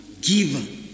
giver